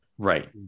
Right